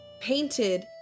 painted